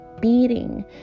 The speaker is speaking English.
beating